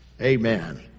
Amen